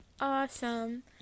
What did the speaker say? Awesome